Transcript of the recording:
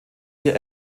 ihr